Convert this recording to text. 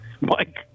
Mike